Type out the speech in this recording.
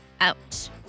out